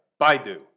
Baidu